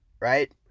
right